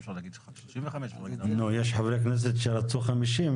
אפשר להגיד 35%. יש חברי כנסת שרצו 50%,